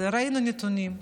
ראינו נתונים.